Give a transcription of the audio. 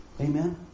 Amen